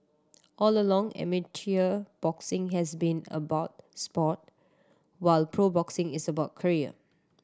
all along amateur boxing has been about sport while pro boxing is about career